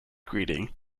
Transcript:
greeting